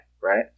right